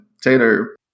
Taylor